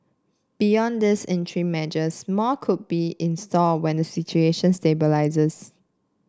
beyond these interim measures more could be in store when the situation stabilises